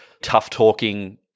tough-talking